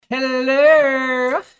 hello